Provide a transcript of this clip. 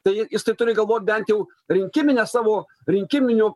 tai jis tai turi galvot bent jau rinkimine savo rinkiminiu